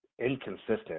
inconsistent